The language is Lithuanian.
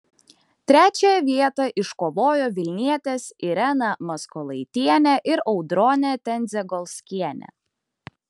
trečiąją vietą iškovojo vilnietės irena maskolaitienė ir audronė tendzegolskienė